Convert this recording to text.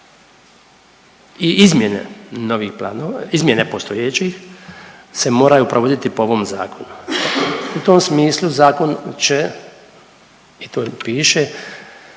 izmjene postojećih se moraju provoditi po ovom zakonu. U tom smislu zakon će i to piše